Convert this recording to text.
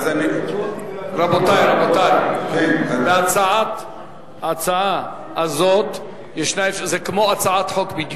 רבותי, רבותי, ההצעה הזאת היא כמו הצעת חוק בדיוק,